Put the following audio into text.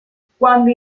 cuando